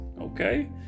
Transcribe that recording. okay